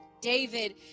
David